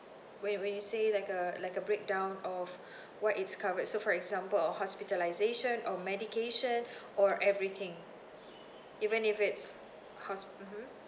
when you when you say like a like a breakdown of what is covered so for example our hospitalisation or medication or everything even if it's hos~ mmhmm